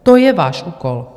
To je váš úkol.